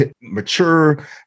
mature